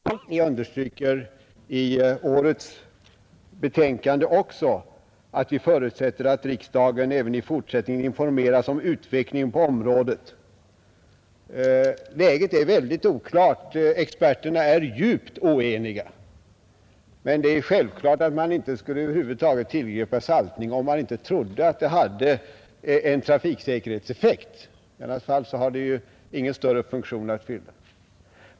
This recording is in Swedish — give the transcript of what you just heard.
Herr talman! Jag vill bara säga att utskottet har ägnat denna fråga en mycket stor uppmärksamhet. Vi begärde förra året att få en redovisning över vilket resultat denna försöksverksamhet har givit. Vi fick en viss redovisning i årets statsverksproposition, men vi understryker också i årets betänkande att vi förutsätter att riksdagen även i fortsättningen informeras om utvecklingen på området. Läget är mycket oklart. Experterna är djupt oeniga. Men det är självklart att man över huvud taget inte skulle tillgripa saltning om man inte trodde att den hade en trafiksäkerhetseffekt. I annat fall har den ingen funktion att fylla.